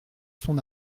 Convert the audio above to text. son